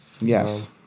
Yes